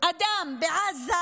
אדם בעזה